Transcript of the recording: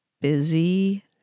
busy